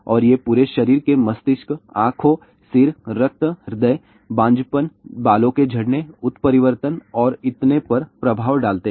और ये पूरे शरीर के मस्तिष्क आंखों सिर रक्त हृदय बांझपन बालों के झड़ने उत्परिवर्तन और इतने पर प्रभाव डालते हैं